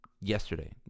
yesterday